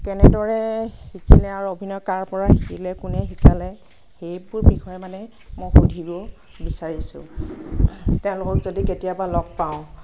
কেনেদৰে শিকিলে আৰু অভিনয় কাৰ পৰা শিকিলে কোনে শিকালে সেইবোৰ বিষয়ে মানে মই সুধিব বিচাৰিছোঁ তেওঁলোকক যদি কেতিয়াবা লগ পাওঁ